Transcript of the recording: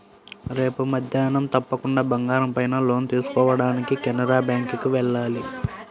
రేపు మద్దేన్నం తప్పకుండా బంగారం పైన లోన్ తీసుకోడానికి కెనరా బ్యేంకుకి వెళ్ళాలి